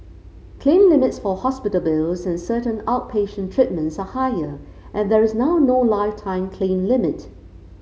claim limits for hospital bills and certain outpatient treatments are higher and there is now no lifetime claim limit